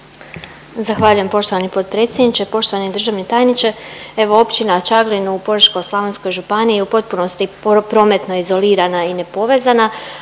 Zahvaljujem poštovani potpredsjedniče, poštovani državni tajniče, evo općina Čaglin u Požeško-slavonskoj županiji u potpunosti prometno izolirana i nepovezana,